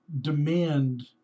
demand